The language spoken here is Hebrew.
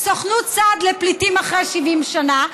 סוכנות סעד לפליטים אחרי 70 שנה,